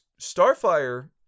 Starfire